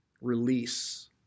release